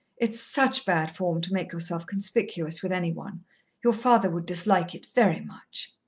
it's such bad form to make yourself conspicuous with any one your father would dislike it very much.